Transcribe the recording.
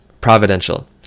providential